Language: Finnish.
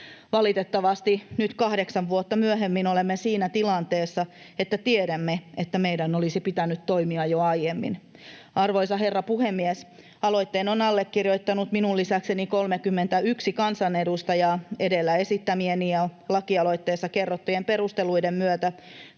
Valitettavasti nyt kahdeksan vuotta myöhemmin olemme siinä tilanteessa, että tiedämme, että meidän olisi pitänyt toimia jo aiemmin. Arvoisa herra puhemies! Aloitteen on allekirjoittanut minun lisäkseni 31 kansanedustajaa. Edellä esittämieni ja lakialoitteessa kerrottujen perusteluiden myötä